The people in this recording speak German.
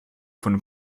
von